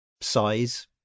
size